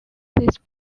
this